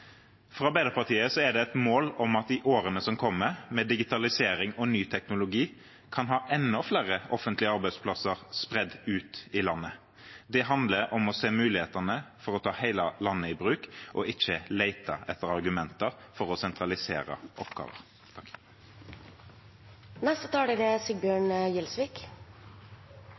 For Arbeiderpartiet er det et mål at vi i årene som kommer, med digitalisering og ny teknologi, kan ha enda flere offentlige arbeidsplasser spredd ut i landet. Det handler om å se mulighetene for å ta hele landet i bruk, og ikke lete etter argumenter for å sentralisere